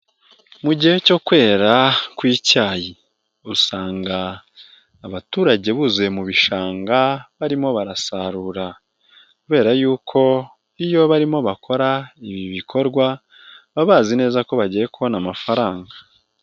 Mu gihe cyo kwera kw'icyayi usanga abaturage buzuye mu bishanga barimo barasarura kubera yuko iyo barimo bakora ibi bikorwa baba bazi neza ko bagiye kubona amafaranga.